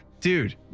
Dude